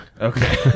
Okay